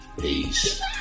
Peace